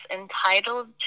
entitled